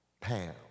Pam